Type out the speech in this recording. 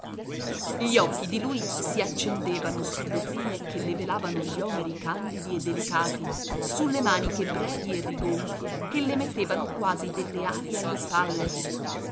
gli occhi di lui si accendevano sulle trine che le velavano gli omeri candidi e delicati sulle maniche brevi e rigonfie che le mettevano quasi delle ali alle spalle